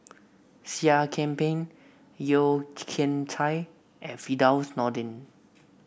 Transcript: Seah Kian Peng Yeo Kian Chai and Firdaus Nordin